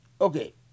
Okay